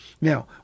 Now